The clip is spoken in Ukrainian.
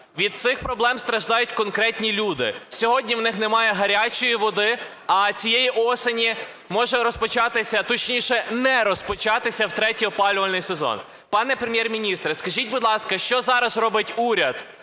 Від цих проблем страждають конкретні люди. Сьогодні в них немає гарячої води, а цієї осені може розпочатися, точніше, не розпочатися втретє опалювальний сезон. Пане Прем'єр-міністре, скажіть, будь ласка, що зараз робить уряд